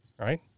right